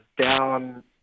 down